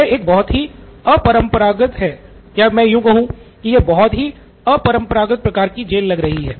यह एक बहुत ही अपरंपरागत है या मैं यू कहूं कि यह एक बहुत ही अपरंपरागत प्रकार की जेल लग रही है